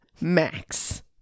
Max